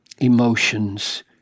emotions